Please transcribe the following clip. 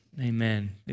amen